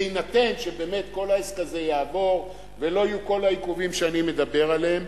בהינתן שבאמת כל העסק הזה יעבור ולא יהיו כל העיכובים שאני מדבר עליהם?